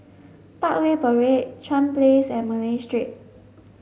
Parkway Parade Chuan Place and Malay Street